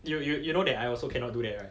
you you you know that I also cannot do that right